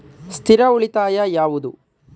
ಸ್ಥಿರ ಉಳಿತಾಯ ಯಾವುದು?